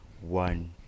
One